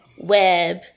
web